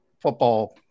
football –